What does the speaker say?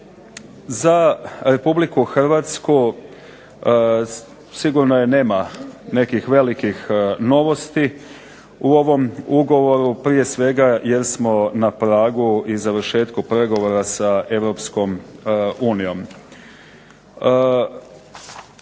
Za RH sigurno je nema nekih velikih novosti u ovom ugovoru, prije svega jer smo i na pragu i završetka pregovora sa EU.